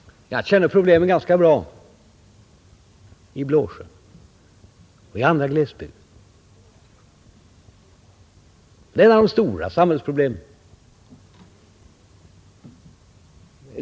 Jag känner förhållandena ganska bra i Blåsjön och i andra glesbygder. Det gäller här ett av de stora samhällsproblemen.